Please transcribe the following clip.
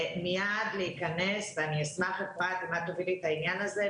מיד להיכנס ואני אשמח אפרת אם תובילי את העניין הזה,